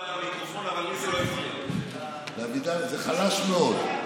זה חלש מאוד.